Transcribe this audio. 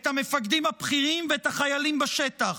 את המפקדים הבכירים ואת החיילים בשטח,